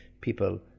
people